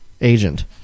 agent